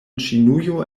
ĉinujo